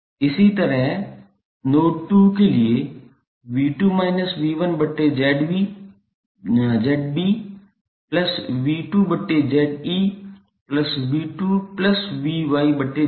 इसी तरह नोड 2 के लिए 𝑉2−𝑉1𝑍𝐵𝑉2𝑍𝐸𝑉2𝑉𝑌𝑍𝐶0